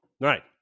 Right